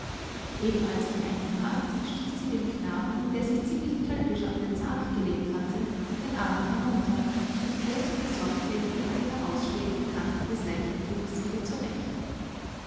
eben als ich eintrat stieß sie dem knaben der sich ziemlich tölpisch auf den sarg gelehnt hatte den arm herunter und glättete sorgfältig die herausstehenden kanten des leichentuches wieder zurecht